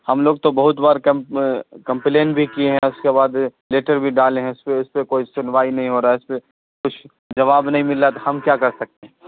ہم لوگ تو بہت بار کمپلین بھی کیے ہیں اور اس کے بعد لیٹر بھی ڈالیں ہیں اس پہ اس پہ کوئی سنوائی نہیں ہو رہا ہے اس پہ کچھ جواب نہیں مل رہا تو ہم کیا کر سکتے ہیں